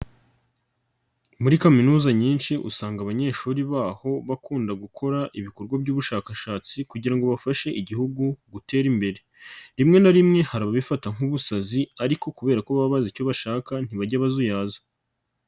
Muri kaminuza nyinshi usanga abanyeshuri baho bakunda gukora ibikorwa by'ubushakashatsi kugira ngo bafashe igihugu gutera imbere, rimwe na rimwe hari aba abifata nk'ubusazi ariko kubera ko baba bazi icyo bashaka ntibajya bazuyaza.